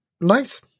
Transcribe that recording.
Nice